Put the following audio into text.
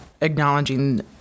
acknowledging